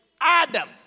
Adam